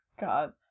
God